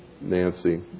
Nancy